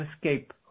escape